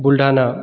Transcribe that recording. Buldhana